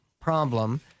problem